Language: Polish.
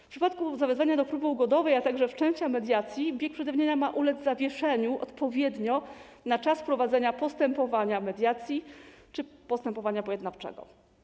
W przypadku zawezwania do próby ugodowej, a także wszczęcia mediacji bieg przedawnienia ma ulec zawieszeniu odpowiednio na czas prowadzenia postępowania mediacji czy postępowania pojednawczego.